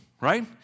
right